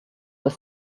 were